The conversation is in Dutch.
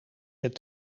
het